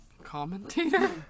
Commentator